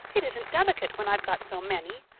it isn't delicate when i've got so many.